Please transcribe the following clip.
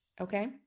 Okay